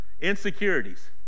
Insecurities